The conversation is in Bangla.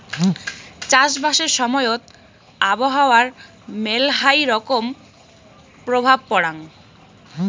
চাষবাসের সময়ত আবহাওয়ার মেলহাই রকম প্রভাব পরাং